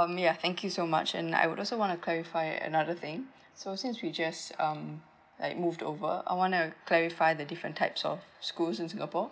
um ya thank you so much and I would also want to clarify another thing so since we just um like moved over I want to clarify the different types of schools in singapore